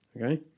okay